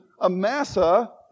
Amasa